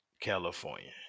California